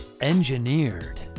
Engineered